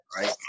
right